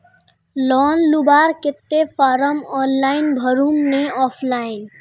Loan लुबार केते form online भरुम ने ऑफलाइन?